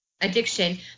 addiction